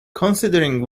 considering